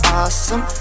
awesome